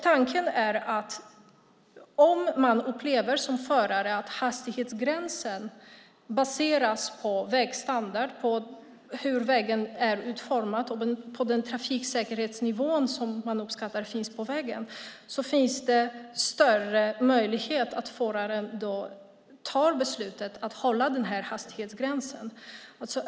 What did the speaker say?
Tanken är att om man som förare upplever att hastighetsgränsen baseras på vägstandard, hur vägen är utformad, och på den trafiksäkerhetsnivå som man uppskattar finns på vägen så finns det större möjlighet att föraren tar beslutet att hålla den här hastighetsgränsen.